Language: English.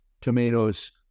tomatoes